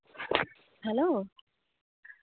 hello